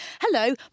hello